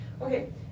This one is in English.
okay